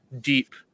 deep